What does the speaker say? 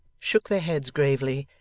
shook their heads gravely,